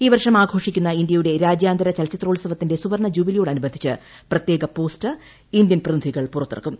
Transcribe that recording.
ഈ വർഷം ആഘോഷിക്കുന്ന ഇന്ത്യയുടെ രാജ്യാന്തര ചലച്ചിത്രോത്സവത്തിന്റെ സുവർണ ജൂബിലിയോടനുബന്ധിച്ച് പ്രത്യേക പോസ്റ്റർ ഇന്ത്യൻ പ്രതിനിധികൾ പുറത്തിറക്കും